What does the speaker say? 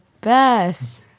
best